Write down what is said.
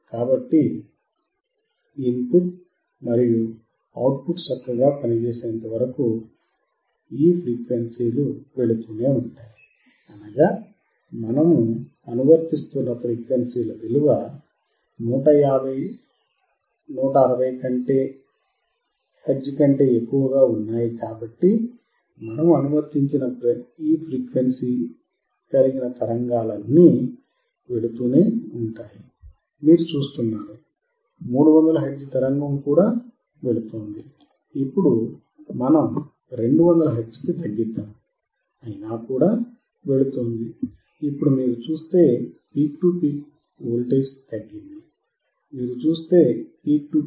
కాబట్టి input మరియు output చక్కగా పనిచేసేంత వరకు ఈ ఫ్రీక్వెన్సీ వెళుతూనే ఉంటుంది మీరు చూస్తున్నారు 300 హెర్ట్జ్ తరంగము కూడా వెళుతోంది ఇప్పడు మనం 200 హెర్ట్జ్ కి తగ్గిద్దాం అయినా కూడా వెళుతోంది ఇప్పుడు మీరు చుస్తే పీక్ టు పీక్ వోల్టేజ్ తగ్గింది మీరు చూస్తే పీక్ టు పీక్ విలువ 14